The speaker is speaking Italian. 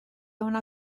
una